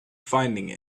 finding